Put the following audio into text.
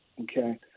Okay